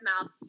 mouth